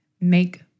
make